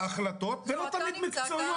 החלטות שמתקבלות ולא תמיד מקצועיות.